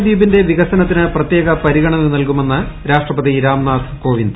ലക്ഷദ്വീപിന്റെ വിക്ടസ്നത്തിന് പ്രത്യേക പരിഗണന നൽകുമെന്ന് രാഷ്ട്രപ്തി രാംനാഥ് കോവിന്ദ്